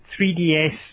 3DS